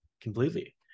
completely